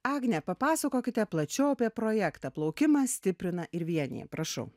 agne papasakokite plačiau apie projektą plaukimas stiprina ir vienija prašau